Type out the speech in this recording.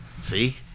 See